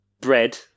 bread